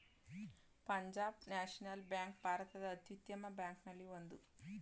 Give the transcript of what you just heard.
Punjab national bank ಭಾರತದ ಅತ್ಯುತ್ತಮ ಬ್ಯಾಂಕಲ್ಲಿ ಒಂದು